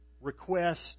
request